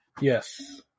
Yes